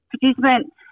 participant